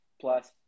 plus